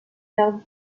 perdent